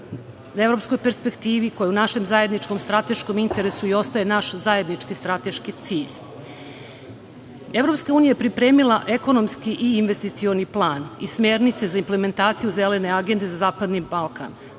evropskoj perspektivi koja je u našem zajedničkom strateškom interesu i ostaje naš zajednički strateški cilj. Evropska unija je pripremila ekonomski i investicioni plan i smernice za implementaciju „Zelene agende“ za zapadni Balkan.